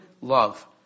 love